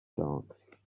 dark